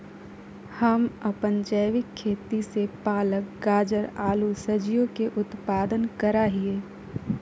हम अपन जैविक खेती से पालक, गाजर, आलू सजियों के उत्पादन करा हियई